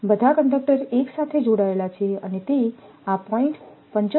બધા કંડક્ટર એક સાથે જોડાયેલા છે અને તે આ 0